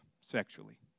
sexually